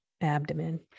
abdomen